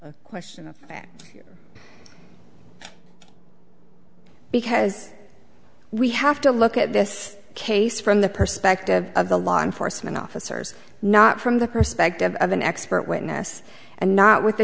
a question of fact here because we have to look at this case from the perspective of the law enforcement officers not from the perspective of an expert witness and not with the